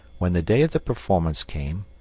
when the day of the performance came,